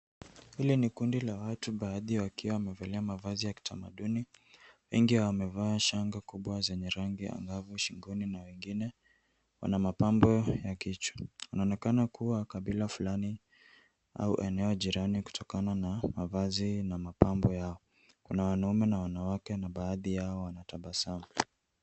Ile ni kundi la watu baadhi wakiwa wamevalia mavazi ya kitamaduni. Wengi wamevaa shanga kubwa zenye rangi ya angavu shingoni na wengine wana mapambo ya kichwa. Wanaonekana kuwa kabila fulani au eneo jirani kutokana na mavazi na mapambo yao. Kuna wanaume na wanawake na baadhi yao wanatabasamu.